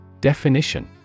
Definition